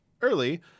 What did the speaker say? early